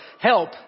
help